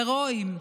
הירואיים,